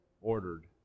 Ordered